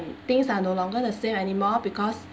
things are no longer the same anymore because